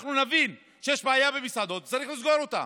אנחנו נבין שיש בעיה במסעדות וצריך לסגור אותן.